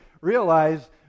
realize